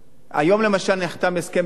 היום למשל נחתם הסכם היסטורי